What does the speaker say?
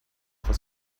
for